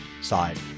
side